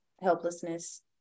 helplessness